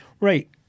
Right